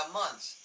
months